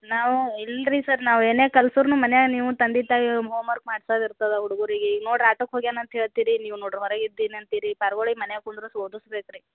ನಾವು ಇಲ್ಲ ರಿ ಸರ್ ನಾವೇನೆ ಕಲ್ಸುರ್ನು ಮನ್ಯಾಗ ನೀವು ತಂದೆ ತಾಯಿ ಹೋಮ್ ವರ್ಕ್ ಮಾಡ್ಸದು ಇರ್ತದೆ ಹುಡುಗುರಿಗೆ ಈಗ ನೋಡ್ರಿ ಆಟಕ್ಕೆ ಹೋಗ್ಯಾನೆ ಅಂತ ಹೇಳ್ತಿರಿ ನೀವು ನೋಡ್ರಿ ಹೊರಗೆ ಇದ್ದೀನಿ ಅಂತೀರಿ ಪಾರ್ಗುಳಿಗೆ ಮನ್ಯಾಗ ಕುಂದ್ರುಸಿ ಓದಸ್ಬೇಕು ರೀ